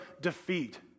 defeat